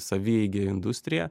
savieigė industrija